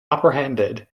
apprehended